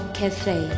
cafe